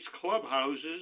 clubhouses